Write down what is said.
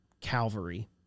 Calvary